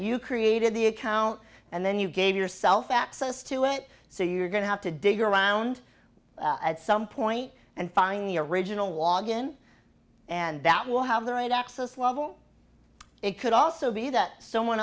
you created the account and then you gave yourself access to it so you're going to have to dig around at some point and find the original logon and that will have the right access level it could also be that someone